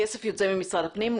הכסף יוצא ממשרד הפנים,